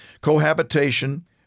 cohabitation